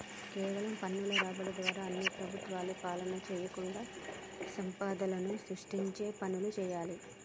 కేవలం పన్నుల రాబడి ద్వారా అన్ని ప్రభుత్వాలు పాలన చేయకుండా సంపదను సృష్టించే పనులు చేయాలి